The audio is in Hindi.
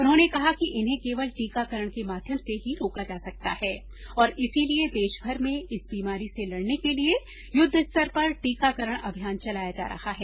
उन्होंने कहा कि इन्हें केवल टीकाकरण के माध्यम से ही रोका जा सकता है और इसीलिए देश भर में इस बीमारी से लड़ने के लिए युद्ध स्तर पर टीकाकरण अभियान चलाया जा रहा है